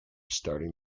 starting